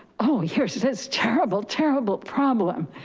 oh here's this terrible, terrible problem.